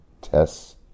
tests